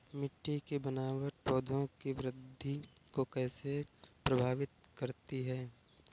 मिट्टी की बनावट पौधों की वृद्धि को कैसे प्रभावित करती है?